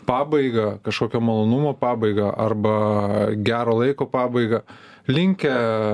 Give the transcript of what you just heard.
pabaigą kažkokio malonumo pabaigą arba gero laiko pabaigą linkę